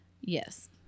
Yes